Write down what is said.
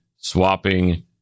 swapping